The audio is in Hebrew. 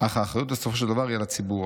אך האחריות בסופו של דבר היא על הציבור.